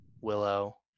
Willow